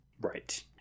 Right